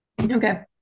Okay